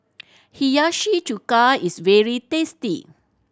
Hiyashi Chuka is very tasty